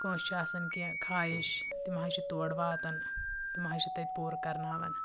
کٲنٛسہِ چھِ آسان کینٛہہ خایِش تِم حظ چھِ تور واتان تِم حظ چھِ تَتہِ پوٗرٕ کَرناوان